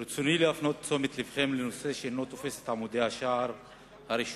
ברצוני להפנות את תשומת לבכם לנושא שאינו תופס את עמודי השער בעיתונים